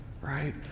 right